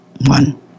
one